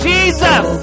Jesus